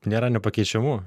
nėra nepakeičiamų